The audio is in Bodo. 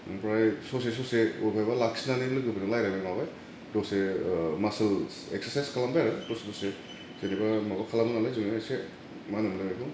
आमफ्राय ससे ससे अबेहाइबा लाखिनानै लोगोफोरजों रायलायबाय माबाय दसे ओह मासोलस एकसारस्राइस खालामबाय आरो दसे दसे जेनेबा माबा खालामो नालाय जोङो एसे मानो होनोमोनलाय बेखौ